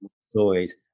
stories